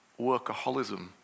workaholism